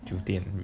酒店